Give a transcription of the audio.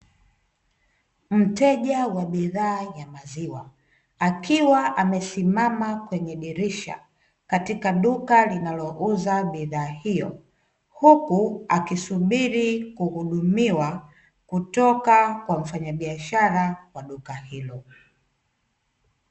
Mteja wa bidhaa ya maziwa akiwa amesimama kwenye dirisha, katika duka linalouza bidhaa hiyo, huku akisubiri kuhudumiwa kutoka kwa mfanyabiashara wa duka hilo.